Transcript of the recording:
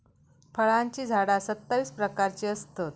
फळांची झाडा सत्तावीस प्रकारची असतत